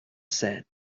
said